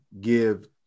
give